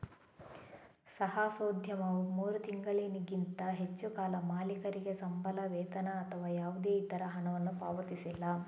ಸಾಹಸೋದ್ಯಮವು ಮೂರು ತಿಂಗಳಿಗಿಂತ ಹೆಚ್ಚು ಕಾಲ ಮಾಲೀಕರಿಗೆ ಸಂಬಳ, ವೇತನ ಅಥವಾ ಯಾವುದೇ ಇತರ ಹಣವನ್ನು ಪಾವತಿಸಿಲ್ಲ